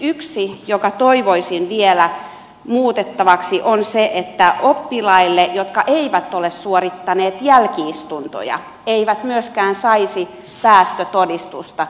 yksi jonka toivoisin vielä muutettavaksi on se että oppilaat jotka eivät ole suorittaneet jälki istuntoja eivät myöskään saisi päättötodistusta